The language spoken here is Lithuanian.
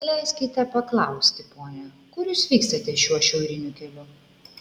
leiskite paklausti pone kur jūs vykstate šiuo šiauriniu keliu